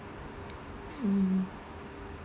mm